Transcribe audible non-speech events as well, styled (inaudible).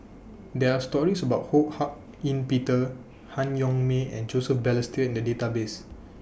(noise) There Are stories about Ho Hak Ean Peter Han Yong May and Joseph Balestier in The Database